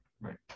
Right